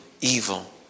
evil